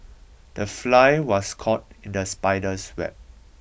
the fly was caught in the spider's web